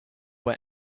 went